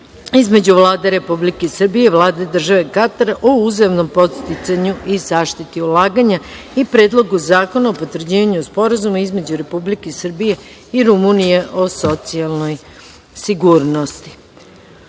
između Vlade Republike Srbije i Vlade Države Katar o uzajamnom podsticanju i zaštiti ulaganja i Predlogu zakona o potvrđivanju Sporazuma između Republike Srbije i Rumunije o socijalnoj sigurnosti. Da